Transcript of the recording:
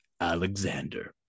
alexander